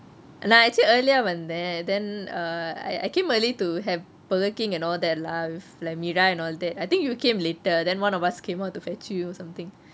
நான்:naan actually earlier ah வந்தேன்:vanthan then err I I came early to have burger king and all that lah with like meera and all that I think you came later then one of us came out to fetch you or something